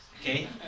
okay